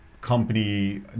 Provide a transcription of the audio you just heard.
company